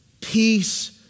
peace